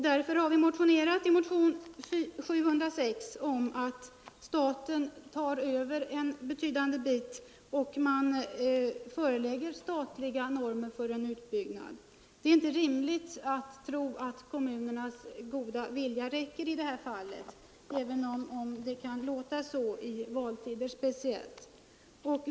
Därför har vi i motionen 706 föreslagit att staten tar över en betydande del av ansvaret och ställer upp normer för en utbyggnad. Det är inte rimligt att tro att kommunernas goda vilja räcker i det här fallet, även om det kan låta så, speciellt i valtider.